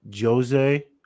Jose